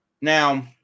Now